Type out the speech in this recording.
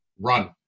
run